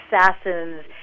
Assassins